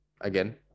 again